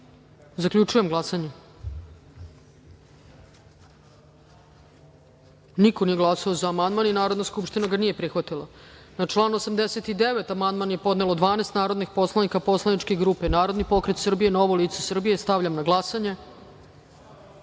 amandman. Zaključujem glasanje: niko nije glasao za amandman. Narodna skupština ga nije prihvatila. Na član 89. amandman je podnelo 12 narodnih poslanika poslaničke grupe Narodni pokret Srbije – Novo lice Srbije. Stavljam na glasanje